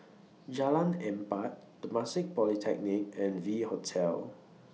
Jalan Empat Temasek Polytechnic and V Hotel